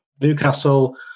Newcastle